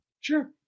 sure